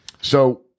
So-